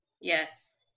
Yes